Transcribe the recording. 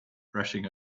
rushing